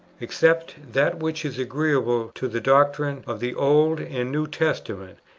except that which is agreeable to the doctrine of the old and new testament,